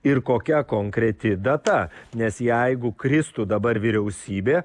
ir kokia konkreti data nes jeigu kristų dabar vyriausybė